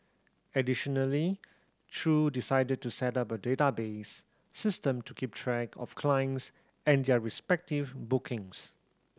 additionally Chew decided to set up a database system to keep track of clients and their respective bookings